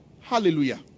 Hallelujah